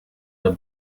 the